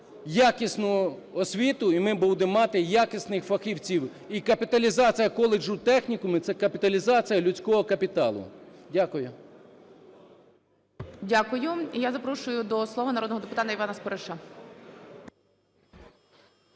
якісну освіту і ми будемо мати якісних фахівців. І капіталізація коледжу, технікумів – це капіталізація людського капіталу. Дякую. ГОЛОВУЮЧИЙ. Дякую. І я запрошую до слова народного депутата Івана Спориша.